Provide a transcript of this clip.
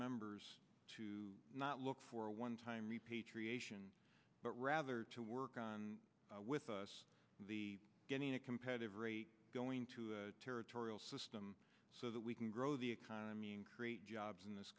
members to not look for a one time repatriation but rather to work on with us the getting a competitive rate going to a territorial system so that we can grow the economy and create jobs in this